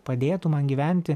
padėtų man gyventi